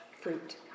fruit